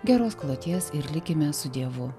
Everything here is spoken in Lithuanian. geros kloties ir likime su dievu